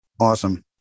Awesome